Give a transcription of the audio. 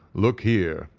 look here,